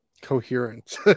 coherence